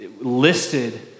listed